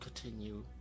continue